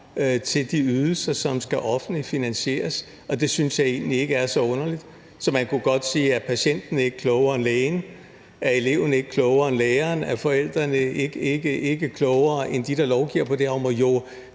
til de ydelser, som skal offentligt finansieres, og det synes jeg egentlig ikke er så underligt. Man kunne godt sige: Er patienten ikke klogere end lægen, er eleven ikke klogere end læreren, er forældrene ikke klogere end dem, der lovgiver på det